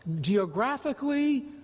geographically